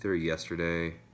yesterday